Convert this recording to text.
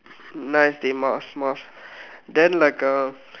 nice dey mass mass maas then like uh